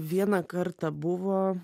vieną kartą buvo